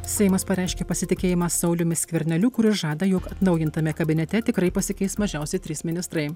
seimas pareiškė pasitikėjimą sauliumi skverneliu kuris žada jog atnaujintame kabinete tikrai pasikeis mažiausiai trys ministrai